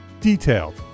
Detailed